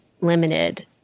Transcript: limited